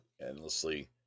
endlessly